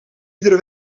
iedere